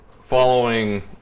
Following